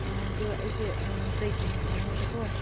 ꯑꯗꯨ ꯑꯩꯁꯦ ꯕ꯭ꯂꯦꯛꯀꯤꯅ ꯄꯥꯝꯃꯦꯕꯀꯣ